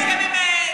אין בעיה.